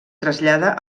trasllada